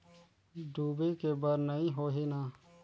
डूबे के बर नहीं होही न?